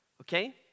okay